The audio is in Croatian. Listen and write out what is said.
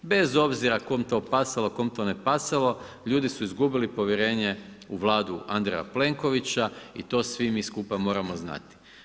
Bez obzira kom to pasalo, kom to ne pasalo ljudi su izgubili povjerenje u Vladu Andreja Plenkovića i to svi mi skupa moramo znati.